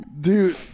Dude